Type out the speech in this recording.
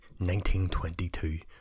1922